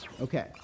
Okay